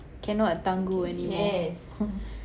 cannot tangguh anymore